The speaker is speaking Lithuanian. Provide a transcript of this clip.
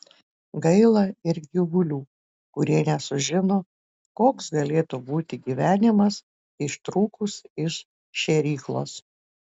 gaila ir gyvulių kurie nesužino koks galėtų būti gyvenimas ištrūkus iš šėryklos